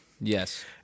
Yes